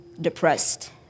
depressed